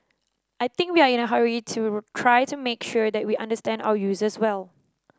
I think we are in a hurry to try to make sure that we understand our users well